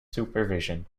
supervision